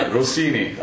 Rossini